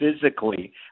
physically